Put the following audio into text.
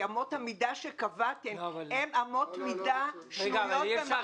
כי אמות המידה שקבעתם הן אמות מידה שנויות במחלוקת.